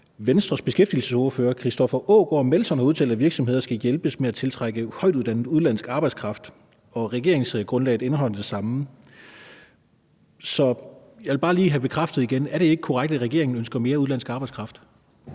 Venstres beskæftigelsesordfører, Christoffer Aagaard Melson, har udtalt, at virksomheder skal hjælpes med at tiltrække højtuddannet udenlandsk arbejdskraft. Regeringsgrundlaget indeholder det samme. Så jeg vil bare lige have bekræftet igen: Er det ikke korrekt, at regeringen ønsker mere udenlandsk arbejdskraft?